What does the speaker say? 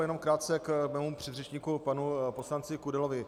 Jenom krátce k mému předřečníkovi panu poslanci Kudelovi.